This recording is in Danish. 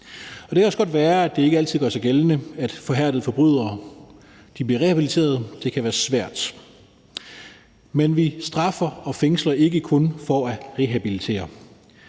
det kan også godt være, at det ikke altid gør sig gældende, at forhærdede forbrydere bliver rehabiliteret af straf. Det kan være svært. Men vi straffer og fængsler ikke kun for at rehabilitere.